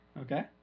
Okay